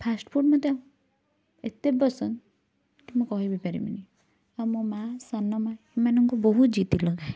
first food ମତେ ଏତେ ପସନ୍ଦ କି ମୁଁ କହି ବି ପାରିବିନି ଆଉ ମୋ ମାଁ ସାନ ମାଁ ଏମାନଙ୍କୁ ମୁଁ ବହୁତ ଜିଦି ଲଗାଏ